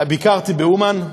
ביקרתי באומן,